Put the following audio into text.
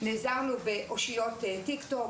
נעזרנו באושיות טיקטוק,